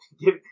give